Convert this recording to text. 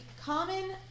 common